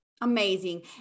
Amazing